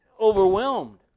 overwhelmed